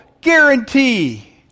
guarantee